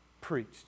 Preached